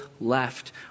left